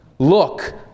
Look